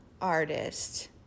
artist